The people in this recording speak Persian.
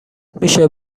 میشه